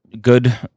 good